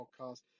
podcast